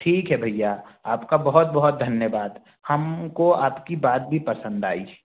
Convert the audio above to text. ठीक है भैया आपका बहुत बहुत त धन्यवाद हमको आपकी बात भी पसंद आई